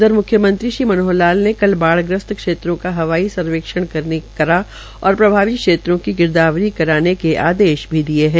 उध्य म्ख्यमंत्री श्री मनोहर लाल ने कल बाढ़ ग्रस्त क्षेत्रों का हवाई सर्वेक्षण भी किया और प्रभावित क्षेत्रों की गिरदावरी करवाने के आदेश भी दिये है